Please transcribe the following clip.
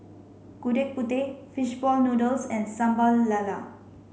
Gudeg Putih fish ball noodles and Sambal Lala